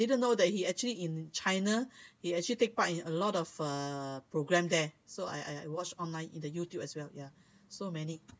didn't know that he actually in china he actually take part in a lot of uh programmes there so I I watched online in the YouTube as well ya so many